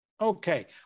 Okay